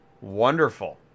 wonderful